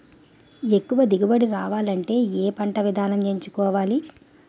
ఎక్కువ దిగుబడి రావాలంటే ఏ పంట విధానం ఎంచుకోవాలి?